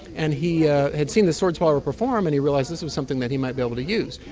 and he ah had seen this sword swallower perform and he realised this was something that he might be able to use.